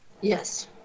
Yes